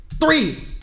Three